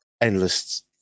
endless